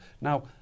Now